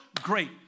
great